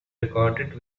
recorded